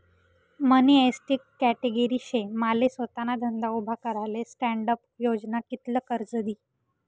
मनी ST category शे माले सोताना धंदा उभा कराले स्टॅण्डअप योजना कित्ल कर्ज दी?